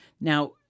Now